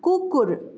कुकुर